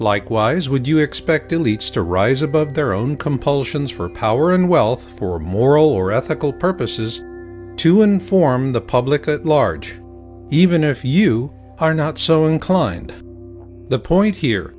likewise would you expect elites to rise above their own compulsions for power and wealth for moral or ethical purposes to inform the public at large even if you are not so inclined the point here